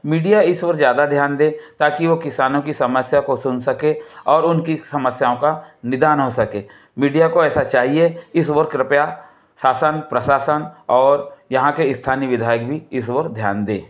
media इस और ज़्यादा ध्यान दे ताकि वो किसानों की समस्या को सुन सके और उनकी समस्याओं का निदान हो सके मीडिया को ऐसा चाहिए इस ओर कृपया शासन प्रशासन और यहाँ के स्थानीय विधायक भी इस और ध्यान दें